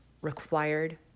required